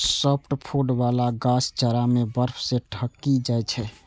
softwood बला गाछ जाड़ा मे बर्फ सं ढकि जाइ छै